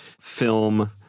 film